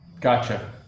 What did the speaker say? Gotcha